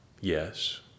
yes